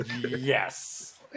yes